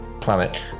planet